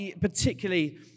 particularly